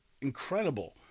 incredible